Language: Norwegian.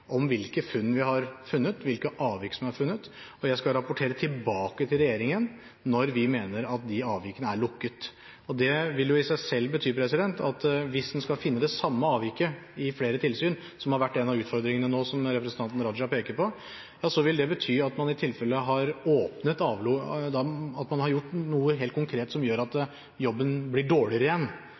om hvilke funn vi har gjort, hvilke avvik som er funnet, og jeg skal rapportere tilbake til regjeringen når vi mener at de avvikene er lukket. Det vil i seg selv bety at hvis en skal finne det samme avviket i flere tilsyn, som har vært en av utfordringene nå, som representanten Raja peker på, vil det bety at man i tilfelle har gjort noe helt konkret som gjør at jobben blir dårligere igjen.